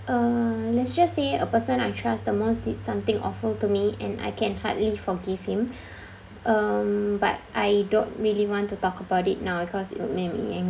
uh let's just say a person I trust the most did something awful to me and I can hardly forgive him um but I don't really want to talk about it now because it would make me